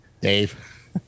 Dave